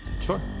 sure